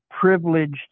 privileged